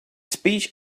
speech